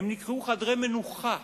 הם נקראו "חדרי מנוחה".